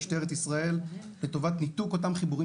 משטרת ישראל לטובת ניתוק אותם חיבורים